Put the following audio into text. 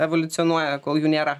evoliucionuoja kol jų nėra